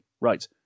right